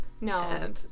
No